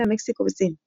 מקסיקו וסין.